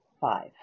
Five